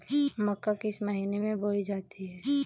मक्का किस महीने में बोई जाती है?